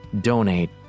donate